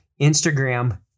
Instagram